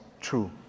true